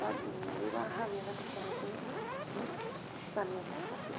वद् विवाहव्यवस्था तु सम्यक् भवति